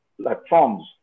platforms